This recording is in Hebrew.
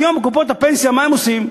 היום קופות הפנסיה, מה הן עושות?